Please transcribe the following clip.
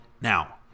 now